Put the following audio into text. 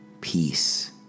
peace